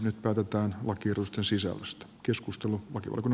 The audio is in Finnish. nyt päätetään lakiehdotusten sisällöstä